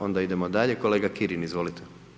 Onda idemo dalje, kolega Kirin, izvolite.